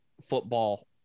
football